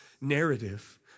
narrative